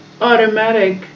automatic